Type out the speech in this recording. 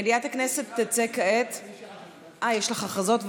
מליאת הכנסת תצא כעת, אה, יש לך הודעות.